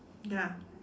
ya